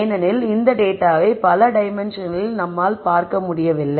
ஏனெனில் இந்த டேட்டாவை பல டைமென்ஷன்களில் நம்மால் பார்க்க முடியவில்லை